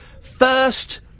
first